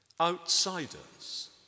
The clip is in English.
outsiders